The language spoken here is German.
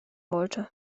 wollte